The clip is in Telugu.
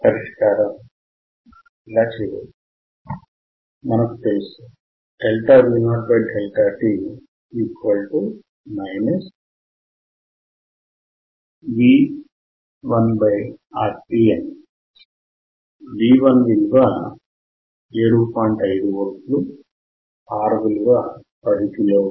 పరిష్కారము V0t VtRC 7